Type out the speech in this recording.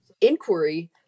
inquiry